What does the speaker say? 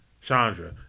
Chandra